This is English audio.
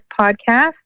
podcast